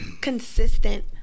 consistent